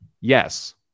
Yes